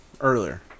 earlier